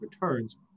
returns